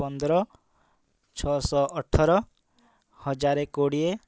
ପନ୍ଦର ଛଅଶହ ଅଠର ହଜାରେ କୋଡ଼ିଏ